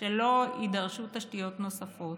שלא יידרשו תשתיות נוספות,